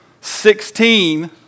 Sixteen